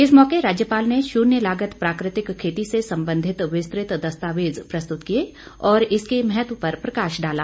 इस मौके राज्यपाल ने शून्य लागत प्राकृतिक खेती से संबंधित विस्तृत दस्तावेज प्रस्तुत किए और इसके महत्व पर प्रकाश डाला